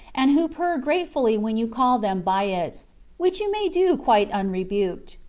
and who purr gratefully when you call them by it which you may do quite unrebuked.